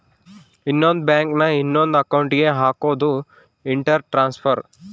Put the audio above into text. ಇನ್ನೊಂದ್ ಬ್ಯಾಂಕ್ ನ ಇನೊಂದ್ ಅಕೌಂಟ್ ಗೆ ಹಕೋದು ಇಂಟರ್ ಟ್ರಾನ್ಸ್ಫರ್